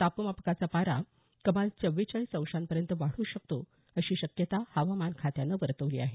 तापमापकाचा पारा कमाल चव्वेचाळीस अंशांपर्यंत वाढ्र शकतो अशी शक्यता हवामान खात्यानं वर्तवली आहे